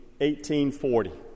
1840